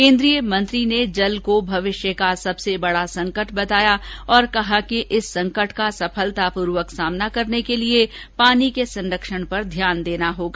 केन्द्रीय मंत्री ने जल को भविष्य का सबसे बडा संकट बताया और कहा कि इस संकट का सफलतापूर्वक सामना करने के लिए पानी के संरक्षण पर ध्यान देना होगा